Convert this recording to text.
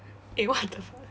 eh what the fuck